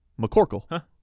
McCorkle